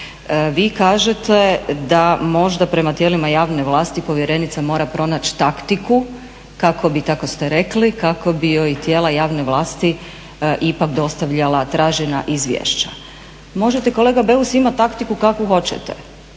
Vi kažete da možda prema tijelima javne vlasti povjerenica mora pronaći taktiku kako bi, tako ste rekli, kako bi joj tijela javne vlasti ipak dostavljala tražena izvješća. Možete kolega Beus imati taktiku kakvu hoćete,